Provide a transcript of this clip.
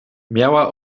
miała